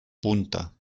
punta